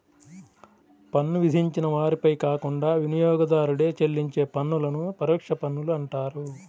పన్ను విధించిన వారిపై కాకుండా వినియోగదారుడే చెల్లించే పన్నులను పరోక్ష పన్నులు అంటారు